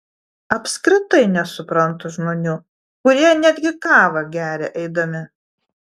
apskritai nesuprantu žmonių kurie netgi kavą geria eidami